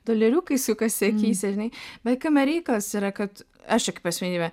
doleriukai sukasi akyse žinai bet kame reikalas yra kad aš čia kaip asmenybė